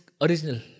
original